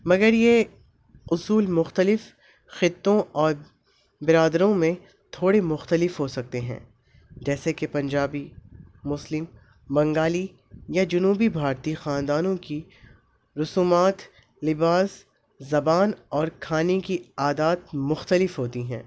مگر یہ اصول مختلف خطوں اور برادروں میں تھوڑے مختلف ہو سکتے ہیں جیسے کہ پنجابی مسلم بنگالی یا جنوبی بھارتییہ خاندانوں کی رسومات لباس زبان اور کھانے کی عادات مختلف ہوتی ہیں